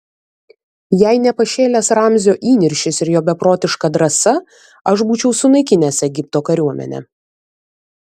jei ne pašėlęs ramzio įniršis ir jo beprotiška drąsa aš būčiau sunaikinęs egipto kariuomenę